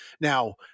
Now